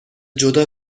جدا